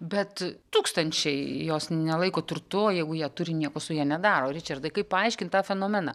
bet tūkstančiai jos nelaiko turtu o jeigu ją turi nieko su ja nedaro ričardai kaip paaiškint tą fenomeną